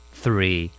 three